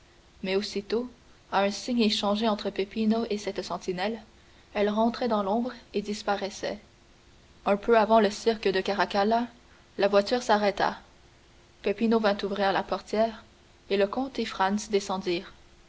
mais aussitôt à un signe échangé entre peppino et cette sentinelle elle rentrait dans l'ombre et disparaissait un peu avant le cirque de caracalla la voiture s'arrêta peppino vint ouvrir la portière et le comte et